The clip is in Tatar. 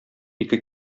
ике